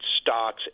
stocks